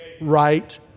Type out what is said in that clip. right